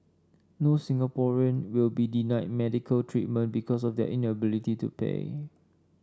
no Singaporean will be denied medical treatment because of their inability to pay